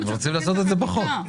הם רוצים שזה יהיה בחוק.